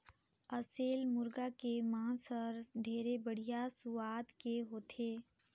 असेल मुरगा के मांस हर ढेरे बड़िहा सुवाद के होथे